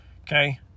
Okay